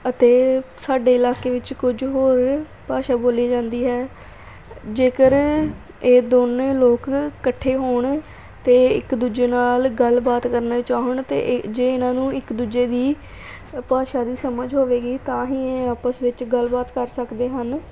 ਅਤੇ ਸਾਡੇ ਇਲਾਕੇ ਵਿੱਚ ਕੁਝ ਹੋਰ ਭਾਸ਼ਾ ਬੋਲੀ ਜਾਂਦੀ ਹੈ ਜੇਕਰ ਇਹ ਦੋਨੇਂ ਲੋਕ ਇਕੱਠੇ ਹੋਣ ਅਤੇ ਇੱਕ ਦੂਜੇ ਨਾਲ ਗੱਲ ਬਾਤ ਕਰਨਾ ਚਾਹੁੰਣ ਤਾਂ ਇਹ ਜੇ ਇਨ੍ਹਾਂ ਨੂੰ ਇੱਕ ਦੂਜੇ ਦੀ ਭਾਸ਼ਾ ਦੀ ਸਮਝ ਹੋਵੇਗੀ ਤਾਂ ਹੀ ਇਹ ਆਪਸ ਵਿੱਚ ਗੱਲ ਬਾਤ ਕਰ ਸਕਦੇ ਹਨ